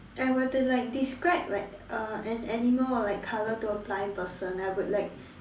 I were to like describe like uh an animal or like colour to a blind person I would like